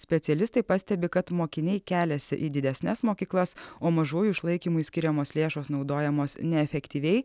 specialistai pastebi kad mokiniai keliasi į didesnes mokyklas o mažųjų išlaikymui skiriamos lėšos naudojamos neefektyviai